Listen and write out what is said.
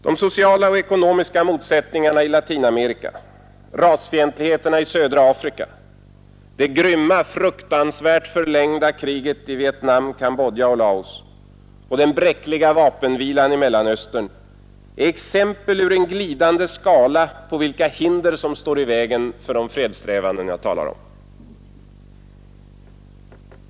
De sociala och ekonomiska motsättningarna i Latinamerika, rasfientligheterna i södra Afrika, det grymma, fruktansvärt förlängda kriget i Vietnam, Kambodja och Laos och den bräckliga vapenvilan i Mellanöstern är exempel ur en glidande skala på vilka hinder som står i vägen för de fredssträvanden jag talar om.